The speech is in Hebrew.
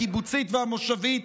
הקיבוצית והמושבית,